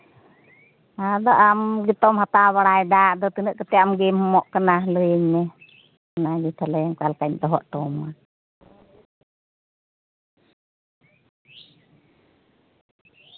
ᱟᱫᱚ ᱟᱢ ᱜᱮᱛᱚᱢ ᱦᱟᱛᱟᱣ ᱵᱟᱲᱟᱭᱮᱫᱟ ᱟᱫᱚ ᱛᱤᱱᱟᱹᱜ ᱠᱟᱛᱮ ᱟᱢ ᱜᱮᱢ ᱮᱢᱚᱜ ᱠᱟᱱᱟ ᱞᱟᱹᱭᱟᱹᱧ ᱢᱮ ᱞᱟᱹᱭᱟᱹᱧ ᱢᱮ ᱛᱟᱞᱦᱮ ᱚᱱᱠᱟ ᱞᱮᱠᱟᱧ ᱫᱚᱦᱚ ᱦᱚᱴᱚᱣᱟᱢᱟ